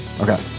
Okay